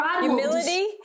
humility